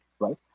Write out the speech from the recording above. right